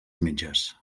metges